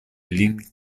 lin